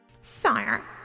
Sire